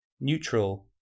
neutral